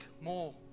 more